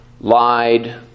lied